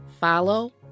follow